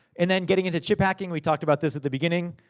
and then, getting into chip hacking, we talked about this at the beginning.